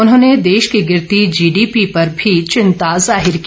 उन्होंने देश की गिरती जीडीपी पर भी चिंता जाहिर की